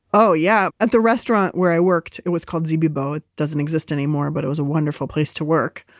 oh, yeah. at the restaurant where i worked, it was called zibibbo. it doesn't exist anymore, but it was a wonderful place to work.